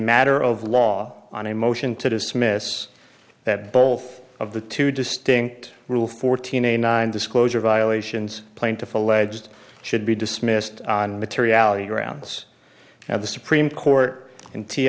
matter of law on a motion to dismiss that both of the two distinct rule fourteen a nine disclosure violations plaintiff alleged should be dismissed on materiality grounds now the supreme court in t